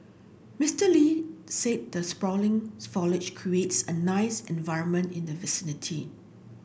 Mister Lee say the sprawling foliage creates a nice environment in the vicinity